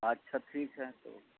اچھا ٹھیک ہے تو